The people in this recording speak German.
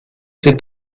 sind